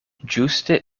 ĝuste